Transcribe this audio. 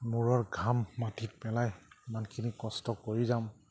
মূৰৰ ঘাম মাটিত পেলাই ইমানখিনি কষ্ট কৰি যাম